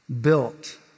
built